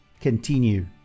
continue